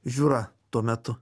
žiūra tuo metu